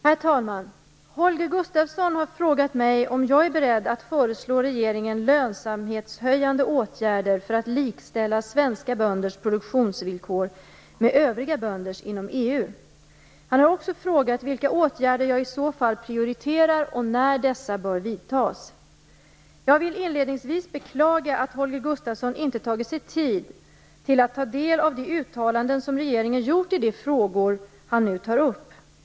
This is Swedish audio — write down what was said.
Herr talman! Holger Gustafsson har frågat mig om jag är beredd att föreslå regeringen lönsamhetshöjande åtgärder för att likställa svenska bönders produktionsvillkor med övriga bönders inom EU. Han har också frågat vilka åtgärder jag i så fall prioriterar och när dessa bör vidtas. Jag vill inledningsvis beklaga att Holger Gustafsson inte tagit sig tid att ta del av de uttalanden som regeringen gjort i de frågor han nu tar upp.